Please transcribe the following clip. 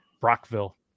Brockville